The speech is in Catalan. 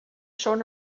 són